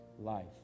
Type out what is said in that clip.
life